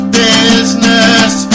business